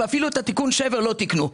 ואפילו את תיקון השבר לא תיקנו.